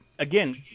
again